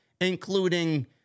including